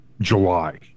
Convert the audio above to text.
July